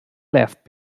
left